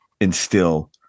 instill